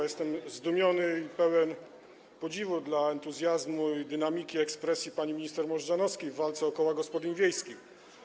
Jestem zdumiony i pełen podziwu dla entuzjazmu i dynamiki ekspresji pani minister Możdżanowskiej w walce o koła gospodyń wiejskich.